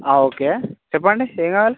okay చెప్పండి ఏం కావాలి